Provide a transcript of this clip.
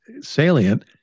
salient